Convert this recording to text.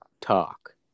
talk